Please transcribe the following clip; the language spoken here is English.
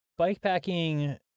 Bikepacking